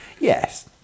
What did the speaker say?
Yes